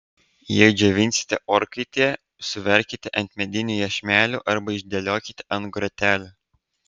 jei džiovinsite orkaitėje suverkite ant medinių iešmelių arba išdėliokite ant grotelių